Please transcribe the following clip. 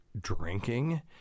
drinking